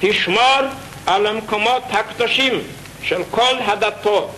תשמור על המקומות הקדושים של כל הדתות.